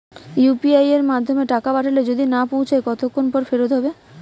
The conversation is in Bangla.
ইউ.পি.আই য়ের মাধ্যমে টাকা পাঠালে যদি না পৌছায় কতক্ষন পর ফেরত হবে?